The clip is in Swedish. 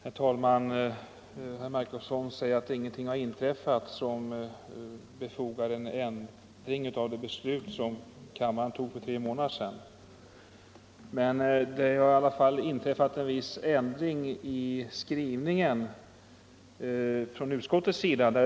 Herr talman! Herr Marcusson säger att ingenting inträffat som gör en ändring av det beslut riksdagen fattade för tre månader sedan befogad. Men det har i alla fall skett en viss ändring av utskottets skrivning.